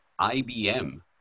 IBM